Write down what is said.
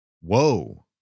Whoa